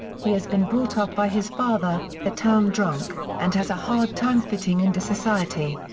he has been brought up by his father, the town drunk, and has a hard time fitting into society.